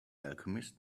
alchemist